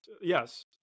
yes